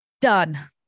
done